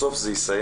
בסוף זה יסייע